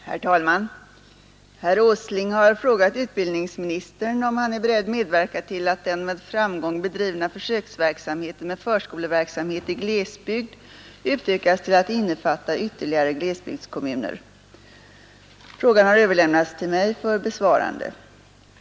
Herr talman! Herr Åsling har frågat utbildningsministern om han är beredd medverka till att den med framgång bedrivna försöksverksamheten med förskoleverksamhet i glesbygd utökas till att innefatta ytterligare glesbygdskommuner. Frågan har överlämnats till mig för besvarande.